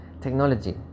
Technology